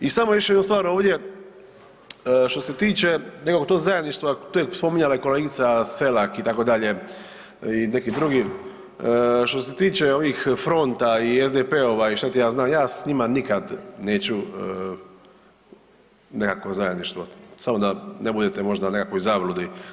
I samo još jednu stvar ovdje, što se tiče nekog tog zajedništva to je spominjala i kolegica Selak itd., i neki drugi, što se tiče ovih fronta i SDP-ova i šta ti ja znam ja se s njima neću nekakvo zajedništvo, samo da ne budete možda u nekakvoj zabludi.